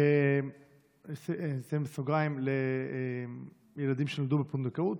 נשים בסוגריים: ילדים שנולדו בפונדקאות,